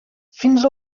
fins